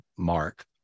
mark